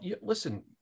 listen